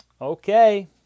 Okay